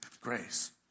grace